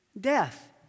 death